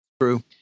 true